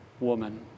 woman